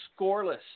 scoreless